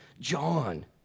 John